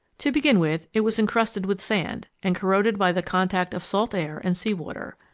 to begin with, it was encrusted with sand and corroded by the contact of salt air and seawater.